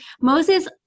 Moses